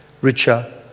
richer